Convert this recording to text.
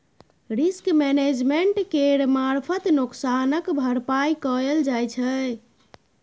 risk management केर मारफत नोकसानक भरपाइ कएल जाइ छै